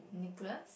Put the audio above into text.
Nicholas